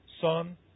Son